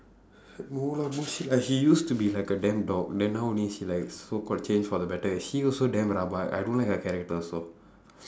no lah bullshit lah he used to be like a damn dog then now only she like so called changed for the better he also damn rabak I don't like her character also